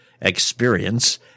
experience